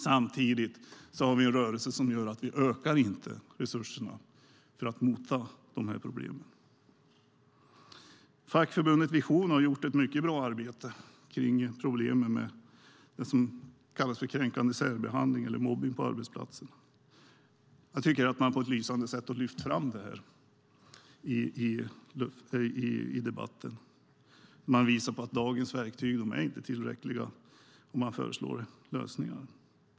Samtidigt har vi en rörelse som gör att vi inte ökar resurserna för att mota dessa problem. Fackförbundet Vision har gjort ett mycket bra arbete kring problemen med det som kallas kränkande särbehandling eller mobbning på arbetsplatserna. Jag tycker att man på ett lysande sätt har lyft fram det i debatten, när man visar att lagens verktyg inte är tillräckliga och föreslår lösningar.